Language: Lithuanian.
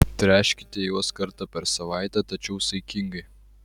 tręškite juos kartą per savaitę tačiau saikingai